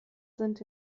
sind